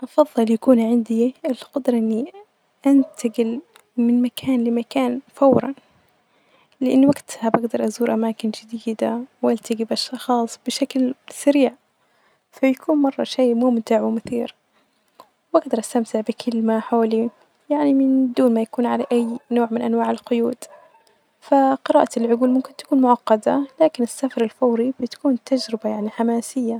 أفظل يكون عندي القدرة إني أنتجل من مكان لمكان فورا ،لأن وقتها بجدر أزور أماكن جديدة ،وألتجي بأشخاص بشكل سريع ،فيكون مرة شيء مرة ممتع ومثير ،وأجدر أستمتع بكل ما حولي يعني من دون ما يكون علي أي نوع من أنواع القيود فقراءة العقول ممكن تكون معقدة ،لكن السفر الفوري بتكون تجربة يعني حماسية.